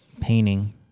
painting